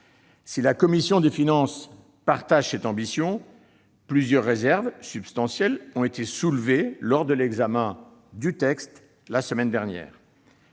Si la commission des finances partage cette ambition, plusieurs réserves substantielles ont été soulevées lors de l'examen du texte la semaine dernière.